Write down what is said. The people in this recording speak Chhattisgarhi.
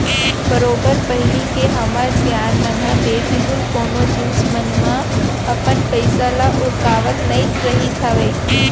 बरोबर पहिली के हमर सियान मन ह बेफिजूल कोनो जिनिस मन म अपन पइसा ल उरकावत नइ रहिस हावय